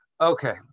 Okay